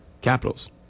Capitals